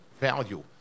value